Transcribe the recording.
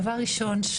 דבר ראשון,